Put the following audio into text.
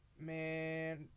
man